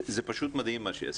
פשוט מדהים מה שעשיתם.